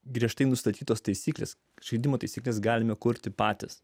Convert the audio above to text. griežtai nustatytos taisyklės žaidimo taisykles galime kurti patys